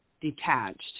detached